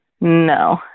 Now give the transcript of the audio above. No